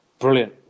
Brilliant